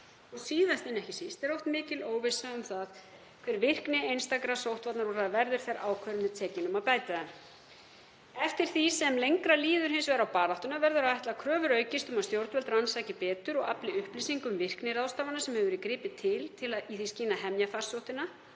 af. Síðast en ekki síst er oft mikil óvissa um það hver virkni einstakra sóttvarnaúrræða verður þegar ákvörðun er tekin um að beita þeim. Eftir því sem lengra líður hins vegar á baráttuna verður að ætla að kröfur aukist um að stjórnvöld rannsaki betur og afli upplýsinga um virkni ráðstafana sem hefur verið gripið til í því skyni að hemja farsóttina